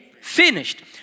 finished